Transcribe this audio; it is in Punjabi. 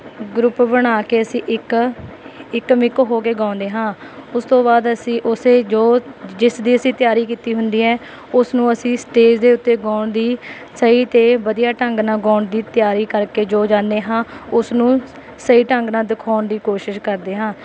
ਗਰੁੱਪ ਬਣਾ ਕੇ ਅਸੀਂ ਇੱਕ ਇੱਕ ਮਿੱਕ ਹੋ ਕੇ ਗਾਉਂਦੇ ਹਾਂ ਉਸ ਤੋਂ ਬਾਅਦ ਅਸੀਂ ਉਸੇ ਜੋ ਜਿਸਦੀ ਅਸੀਂ ਤਿਆਰੀ ਕੀਤੀ ਹੁੰਦੀ ਹੈ ਉਸਨੂੰ ਅਸੀਂ ਸਟੇਜ ਦੇ ਉੱਤੇ ਗਾਉਣ ਦੀ ਸਹੀ ਅਤੇ ਵਧੀਆ ਢੰਗ ਨਾਲ ਗਾਉਣ ਦੀ ਤਿਆਰੀ ਕਰਕੇ ਜੋ ਜਾਣਦੇ ਹਾਂ ਉਸਨੂੰ ਸਹੀ ਢੰਗ ਨਾਲ ਦਿਖਾਉਣ ਦੀ ਕੋਸ਼ਿਸ਼ ਕਰਦੇ ਹਾਂ